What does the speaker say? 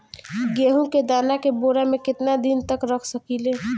गेहूं के दाना के बोरा में केतना दिन तक रख सकिले?